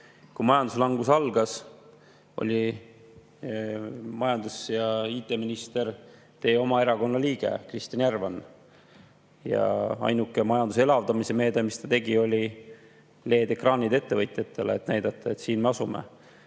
kui majanduslangus algas, oli [ettevõtlus‑] ja IT‑minister teie oma erakonna liige Kristjan Järvan. Ainuke majanduse elavdamise meede, mida ta tegi, oli LED‑ekraanid ettevõtjatele, et näidata, et siin me asume.